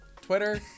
Twitter